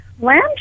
lamb